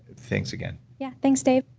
thanks again yeah, thanks dave